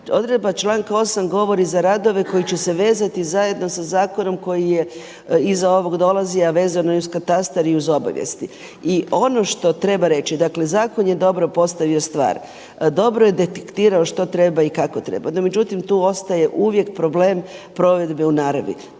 Odredba članka 8. govori za radove koji će se vezati zajedno sa zakonom koji je iza ovog dolazi a vezano je uz katastar i uz obavijesti. I ono što treba reći, dakle zakon je dobro postavio stvar, dobro je detektirao što treba i kako treba, no međutim tu ostaje uvijek problem provedbe u naravi.